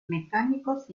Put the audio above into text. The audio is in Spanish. mecánicos